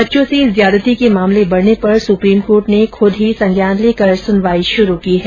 बच्चों से ज्यादती के मामले बढ़ने पर सुप्रीम कोर्ट ने खुद ही संज्ञान लेकर सुनवाई शुरू की है